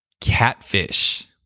catfish